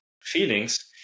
feelings